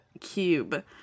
cube